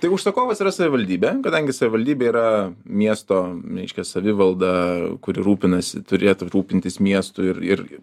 tai užsakovas yra savivaldybė kadangi savivaldybė yra miesto reiškia savivalda kuri rūpinasi turėtų rūpintis miestu ir ir